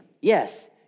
yes